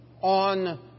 On